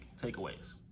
takeaways